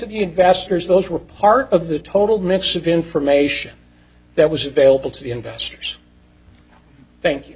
basters those were part of the total mix of information that was available to the investors thank you